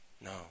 no